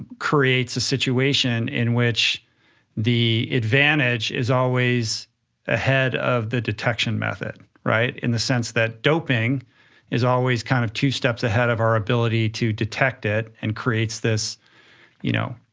creates a situation in which the advantage is always ahead of the detection method, right? in the sense that doping is always kind of two steps ahead of our ability to detect it and creates this you know